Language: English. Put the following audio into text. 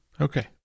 Okay